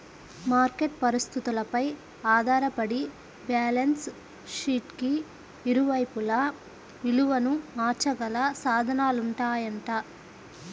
market పరిస్థితులపై ఆధారపడి balance షీట్కి ఇరువైపులా విలువను మార్చగల సాధనాలుంటాయంట